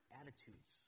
attitudes